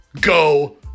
go